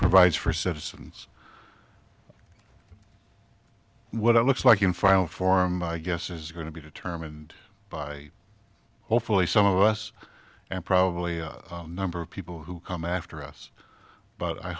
provides for citizens what it looks like in final form i guess is going to be determined by hopefully some of us and probably a number of people who come after us but i